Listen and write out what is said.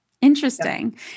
Interesting